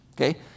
Okay